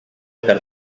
per